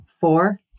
four